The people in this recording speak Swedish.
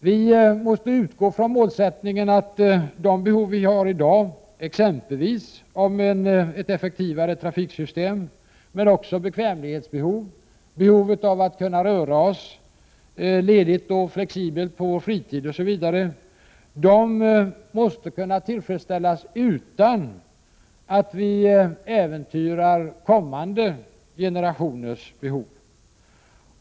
Vi måste utgå ifrån målsättningen att de behov som vi har i dag, exempelvis ett effektivare trafiksystem och också större bekvämlighet, bättre möjligheter att kunna röra sig ledigt och flexibelt under fritiden osv., måste kunna tillfredsställas utan att vi äventyrar kommande generationers behov.